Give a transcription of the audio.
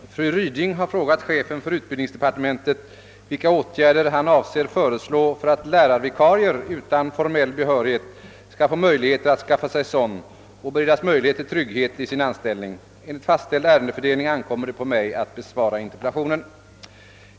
Herr talman! Fru Ryding har frågat chefen för utbildningsdepartementet vilka åtgärder han avser föreslå för att lärarvikarier utan formell behörighet skall få möjligheter att skaffa sig sådan och beredas möjlighet till trygghet i sin anställning. Enligt fastställd ärendefördelning ankommer det på mig att besvara interpellationen.